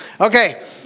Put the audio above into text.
Okay